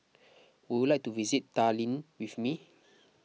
would you like to visit Tallinn with me